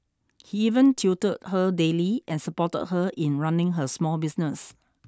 he even tutored her daily and supported her in running her small business